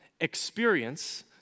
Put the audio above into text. experience